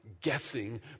guessing